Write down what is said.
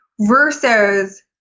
versus